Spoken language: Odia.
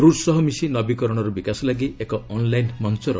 ରୁଷ ସହ ମିଶି ନବିକରଣର ବିକାଶ ଲାଗି ଏକ ଅନ୍ଲାଇନ୍ ମଞ୍ଚର